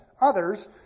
others